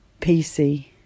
PC